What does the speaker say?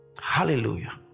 Hallelujah